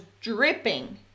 dripping